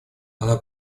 она